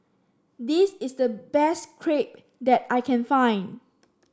this is the best Crepe that I can find